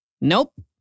Nope